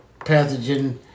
pathogen